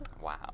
Wow